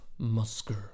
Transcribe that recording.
Musker